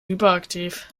hyperaktiv